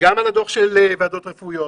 על הוועדות הרפואיות